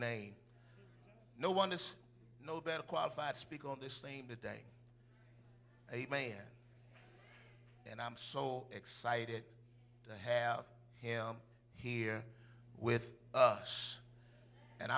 name no one is no better qualified to speak on this same day a man and i'm so excited to have him here with us and